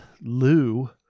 Lou